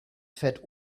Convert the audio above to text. fett